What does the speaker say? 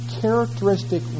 characteristic